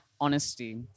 honesty